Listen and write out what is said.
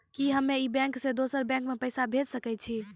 कि हम्मे इस बैंक सें दोसर बैंक मे पैसा भेज सकै छी?